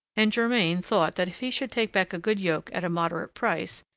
and germain thought that if he should take back a good yoke at a moderate price,